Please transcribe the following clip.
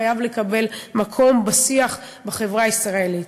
חייב לקבל מקום בשיח בחברה הישראלית.